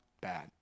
bad